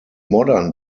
modern